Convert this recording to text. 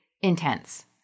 intense